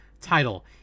title